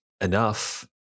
enough